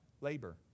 labor